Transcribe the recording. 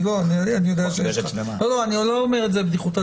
אני לא אומר את זה בבדיחות הדעת,